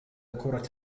كرة